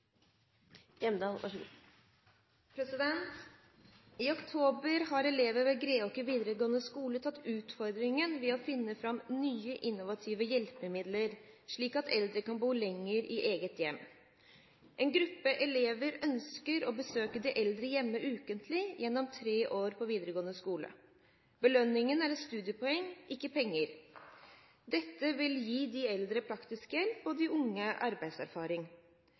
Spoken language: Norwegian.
I oktober har elever ved Greåker videregående skole tatt utfordringen ved å finne fram nye, innovative hjelpemidler, slik at eldre kan bo lenger i eget hjem. En gruppe elever ønsker å besøke de eldre hjemme ukentlig, gjennom tre år på videregående skole. Belønningen er ett studiepoeng, ikke penger. Dette vil gi de eldre praktisk hjelp og de unge får arbeidserfaring.